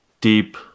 deep